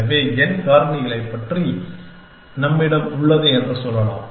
எனவே n காரணி பற்றி நம்மிடம் உள்ளது என்று சொல்லலாம்